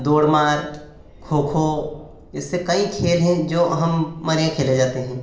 दौड़ मार खो खो ऐसे कई खेल हैं जो हमारे यहाँ खेले जाते हैं